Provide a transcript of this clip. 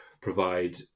provide